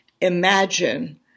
Imagine